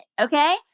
Okay